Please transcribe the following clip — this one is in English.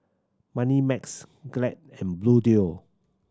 Moneymax Glade and Bluedio